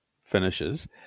finishes